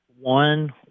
one